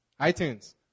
iTunes